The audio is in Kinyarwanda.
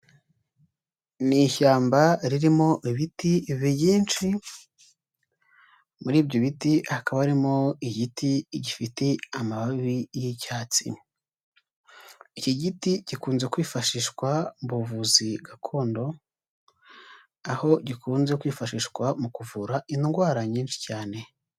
Ni ishyamba ririmo ibiti byinshi, muri ibyo biti hakaba harimo igiti gifite amababi y'icyatsi. Iki giti gikunze kwifashishwa mu buvuzi gakondo, aho gikunze kwifashishwa mu kuvura indwara nyinshi cyane.